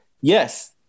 Yes